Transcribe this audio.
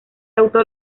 autor